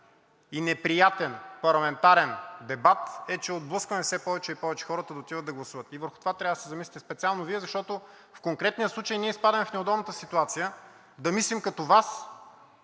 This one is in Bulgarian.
и неприятен парламентарен дебат, е, че отблъскваме все повече и повече хората да отиват да гласуват. Върху това трябва да се замислите специално Вие, защо в конкретния случай ние изпадаме в неудобната ситуация да мислим като Вас